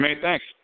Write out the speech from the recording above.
Thanks